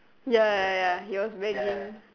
ya ya ya ya he was begging